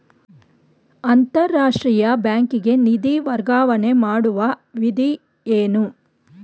ಅಂತಾರಾಷ್ಟ್ರೀಯ ಬ್ಯಾಂಕಿಗೆ ನಿಧಿ ವರ್ಗಾವಣೆ ಮಾಡುವ ವಿಧಿ ಏನು?